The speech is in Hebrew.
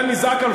למה אתה נזעק על,